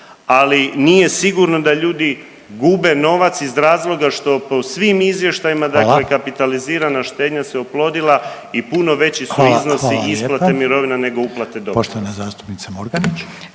Ali nije sigurno da ljudi gube novac iz razloga što po svim izvještajima, dakle kapitalizirana štednja se oplodila i puno veći su iznosi isplate mirovina, nego uplate doprinosa.